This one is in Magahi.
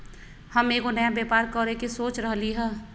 हम एगो नया व्यापर करके सोच रहलि ह